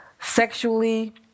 sexually